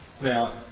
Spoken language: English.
Now